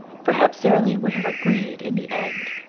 perhaps sara lee would have agreed in the end.